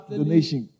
donation